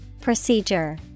Procedure